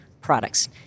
products